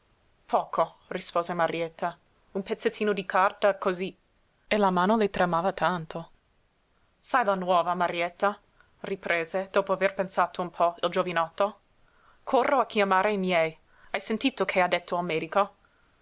poco rispose marietta un pezzettino di carta cosí e la mano le tremava tanto sai la nuova marietta riprese dopo aver pensato un po il giovanotto corro a chiamare i miei hai sentito che ha detto